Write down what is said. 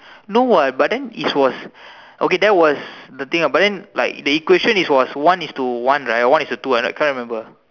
no what but then it was okay that was the thing ah but then like the equation is was one is to one right or one is to two I not can't remember